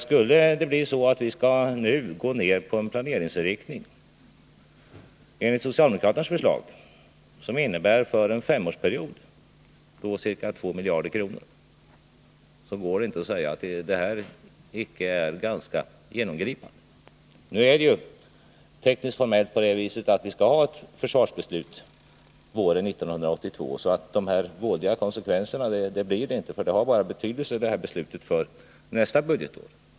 Skulle det bli så att vi nu gick ner på en planeringsinriktning enligt socialdemokraternas förslag, som för en femårsperiod innebär ca 2 miljarder kronor, finns det inte möjlighet att säga annat än att ändringen blir ganska genomgripande. Nu är det ju tekniskt-formellt på det viset att vi skall fatta ett försvarsbeslut våren 1982, så några direkt vådliga konsekvenser skulle inte uppstå, eftersom beslutet i dag bara har betydelse för nästa budgetår.